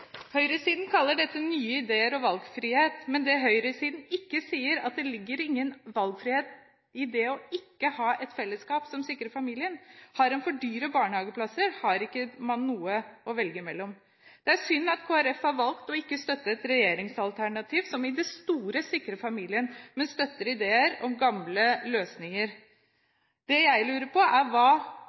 Høyresiden kaller dette nye ideer og valgfrihet. Men det høyresiden ikke sier, er at det ligger ingen valgfrihet i det å ikke ha et fellesskap som sikrer familien. Har man for dyre barnehageplasser, har man ikke noe å velge mellom. Det er synd at Kristelig Folkeparti har valgt å ikke støtte et regjeringsalternativ som i det store sikrer familien, men støtter ideer om gamle løsninger. Jeg lurer på hva